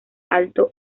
alto